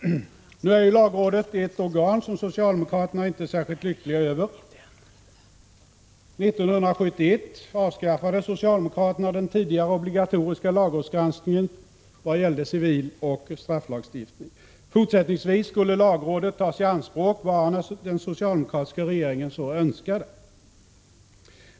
Nu är lagrådet inget organ som socialdemokraterna är särskilt lyckliga över. År 1971 avskaffade socialdemokraterna den tidigare obligatoriska lagrådsgranskningen vad gäller civiloch strafflagstiftning. Fortsättningsvis skulle lagrådet tas i anspråk bara när den socialdemokratiska regeringen så önskade.